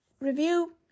review